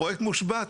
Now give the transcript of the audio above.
הפרויקט מושבת.